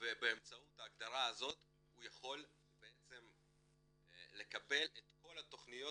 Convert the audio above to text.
ובאמצעות ההגדרה הזאת הוא יכול לקבל את כל התכניות.